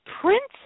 Princess